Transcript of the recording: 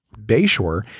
Bayshore